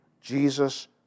Jesus